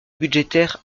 budgétaire